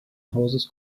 hauses